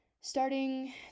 starting